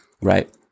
right